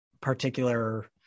particular